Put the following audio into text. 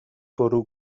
bwrw